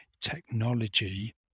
technology